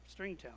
Stringtown